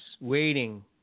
waiting